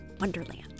Wonderland